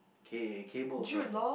K Cable from